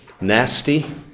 nasty